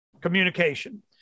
communication